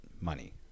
money